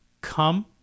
come